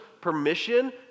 permission